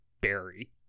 Barry